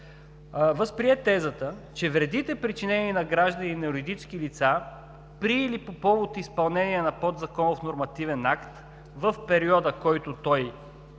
възприе тезата, че „вредите, причинени на граждани и на юридически лица при или по повод изпълнение на подзаконов нормативен акт в периода, преди той